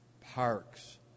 parks